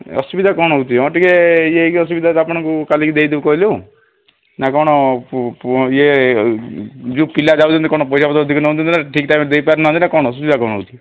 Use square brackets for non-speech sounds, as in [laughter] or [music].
ଅସୁବିଧା କ'ଣ ହେଉଛି ହଁ ଟିକେ ଇଏ ହେଇକି ଅସୁବିଧା ଆପଣଙ୍କୁ କାଲିକି ଦେଇଦେବୁ କହିଲୁ ନା କ'ଣ ଇଏ ଯେଉଁ ପିଲା ଯାଉଛନ୍ତି କଣ ପଇସା [unintelligible] ଅଧିକ [unintelligible] ନା ଠିକ୍ ଟାଇମ୍ରେ ଦେଇପାରୁନାହାଁନ୍ତି ନା କଣ ଅସୁବିଧା କଣ ହେଉଛି